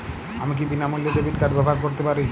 আমি কি বিনামূল্যে ডেবিট কার্ড ব্যাবহার করতে পারি?